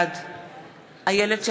בעד איילת שקד,